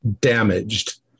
damaged